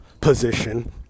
position